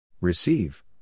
Receive